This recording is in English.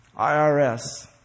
IRS